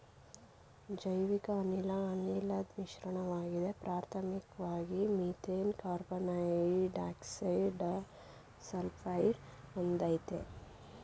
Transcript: ಜೈವಿಕಅನಿಲ ಅನಿಲದ್ ಮಿಶ್ರಣವಾಗಿದೆ ಪ್ರಾಥಮಿಕ್ವಾಗಿ ಮೀಥೇನ್ ಕಾರ್ಬನ್ಡೈಯಾಕ್ಸೈಡ ಸಲ್ಫೈಡನ್ನು ಹೊಂದಯ್ತೆ